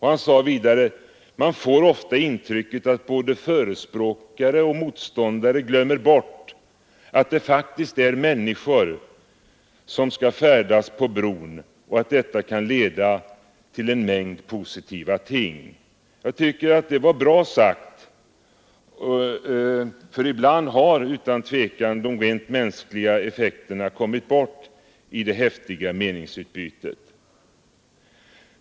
Han sade vidare: ”Man får ofta intrycket att både förespråkare och motståndare glömmer bort att det faktiskt är människor som skall färdas på bron och att detta kan leda till en mängd positiva ting.” Jag tycker att det var bra sagt, för ibland har utan tvivel de rent mänskliga effekterna kommit bort i det häftiga meningsutbytet.